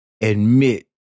admit